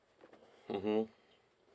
mmhmm